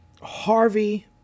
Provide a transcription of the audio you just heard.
Harvey